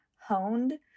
honed